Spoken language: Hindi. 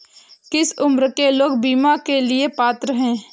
किस उम्र के लोग बीमा के लिए पात्र हैं?